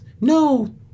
no